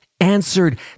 answered